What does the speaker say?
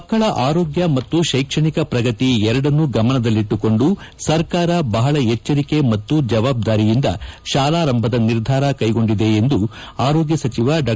ಮಕ್ಕಳ ಆರೋಗ್ಯ ಮತ್ತು ಶೈಕ್ಷಣಿಕ ಪ್ರಗತಿ ಎರಡನ್ನೂ ಗಮನದಲ್ಲಿಟ್ಟುಕೊಂಡು ಸರ್ಕಾರ ಬಹಳ ಎಚ್ಚರಿಕೆ ಮತ್ತು ಜವಾಬ್ದಾರಿಯಿಂದ ಶಾಲಾರಂಭದ ನಿರ್ಧಾರ ಕೈಗೊಂಡಿದೆ ಎಂದು ಆರೋಗ್ಯ ಸಚಿವ ಡಾ